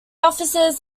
officers